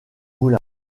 moulin